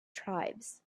tribes